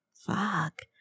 fuck